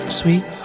sweet